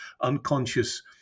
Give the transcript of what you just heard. unconscious